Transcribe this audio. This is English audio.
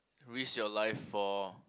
risk your life for